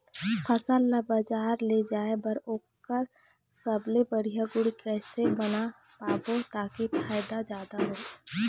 फसल ला बजार ले जाए बार ओकर सबले बढ़िया गुण कैसे बना पाबो ताकि फायदा जादा हो?